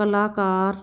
ਕਲਾਕਾਰ